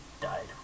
died